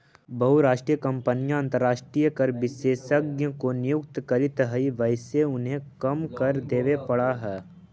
बहुराष्ट्रीय कंपनियां अंतरराष्ट्रीय कर विशेषज्ञ को नियुक्त करित हई वहिसे उन्हें कम कर देवे पड़ा है